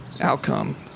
outcome